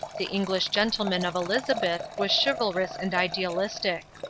the english gentleman of elizabeth was chivalrous and idealistic.